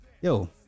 yo